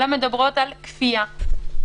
אלא מדברות על כפייה,